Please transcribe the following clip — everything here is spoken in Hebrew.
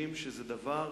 חושבים שזה דבר,